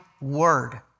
word